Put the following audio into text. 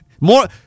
more